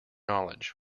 knowledge